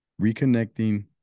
reconnecting